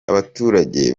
abaturage